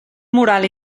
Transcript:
moral